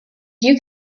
you